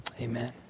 Amen